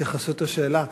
התייחסות לשאלה.